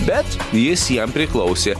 bet jis jam priklausė